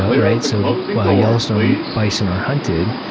ah right? so yellowstone bison are hunted